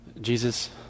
Jesus